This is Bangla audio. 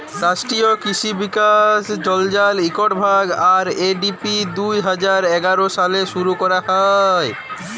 রাষ্ট্রীয় কিসি বিকাশ যজলার ইকট ভাগ, আর.এ.ডি.পি দু হাজার এগার সালে শুরু ক্যরা হ্যয়